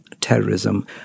terrorism